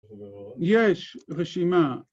יש רשימה